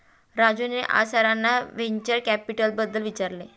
राजूने आज सरांना व्हेंचर कॅपिटलबद्दल विचारले